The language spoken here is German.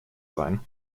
sein